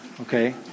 okay